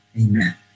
Amen